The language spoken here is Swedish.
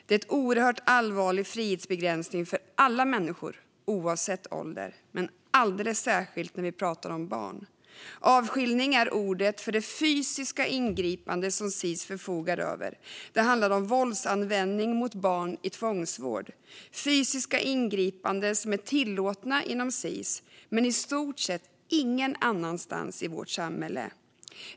Det är en oerhört allvarlig frihetsbegränsning för alla människor oavsett ålder, men alldeles särskilt när vi pratar om barn. Avskiljning är ordet för det fysiska ingripande som Sis har befogenhet att göra. Det handlar om våldsanvändning mot barn i tvångsvård - fysiska ingripanden som är tillåtna inom Sis men i stort sett ingen annanstans i vårt samhälle.